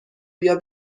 بیا